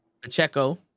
Pacheco